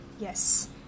Yes